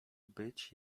być